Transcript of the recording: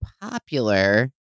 popular